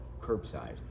curbside